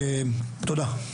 תודה.